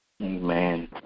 Amen